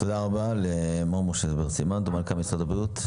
תודה רבה למנכ"ל משרד הבריאות,